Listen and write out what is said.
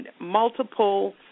multiple